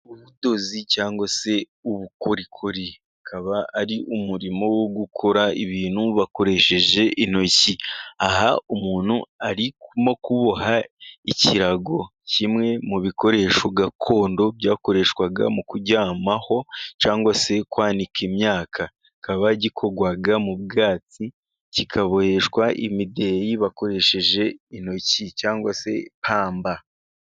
Ubudozi cyangwa se ubukorikori, ukaba ari umurimo wo gukora ibintu bakoresheje intoki. Aha umuntu arimo kuboha ikirago, kimwe mu bikoresho gakondo byakoreshwaga mu kuryamaho, cyangwa se kwanika imyaka. Kikaba gikorwa mu bwatsi, kikaboheshwa imideyi bakoresheje intoki cyangwa se pamba.